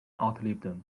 outlive